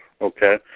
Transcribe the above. Okay